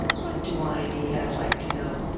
what do i need, i'd like to know?